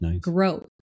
growth